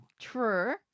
True